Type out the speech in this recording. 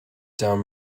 down